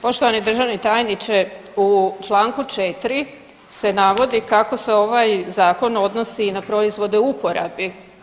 Poštovani državni tajniče u čl.4 se navodi kako se ovaj Zakon odnosi i na proizvode u uporabi.